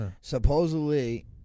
Supposedly